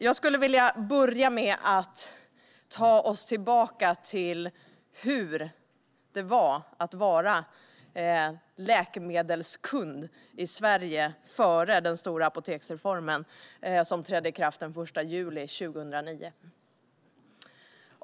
Jag skulle vilja börja med att ta oss tillbaka till hur det var att vara läkemedelskund i Sverige före den stora apoteksreformen, som trädde i kraft den 1 juli 2009.